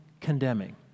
condemning